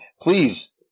Please